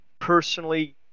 personally